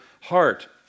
heart